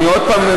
עוד פעם, אני